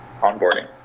onboarding